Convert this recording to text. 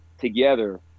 together